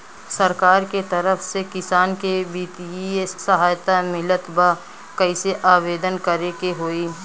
सरकार के तरफ से किसान के बितिय सहायता मिलत बा कइसे आवेदन करे के होई?